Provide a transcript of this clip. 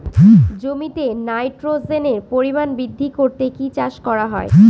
জমিতে নাইট্রোজেনের পরিমাণ বৃদ্ধি করতে কি চাষ করা হয়?